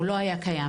הוא לא היה קיים.